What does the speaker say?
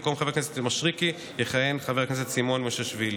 במקום חבר הכנסת משריקי יכהן חבר הכנסת סימון מושיאשוילי.